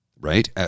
right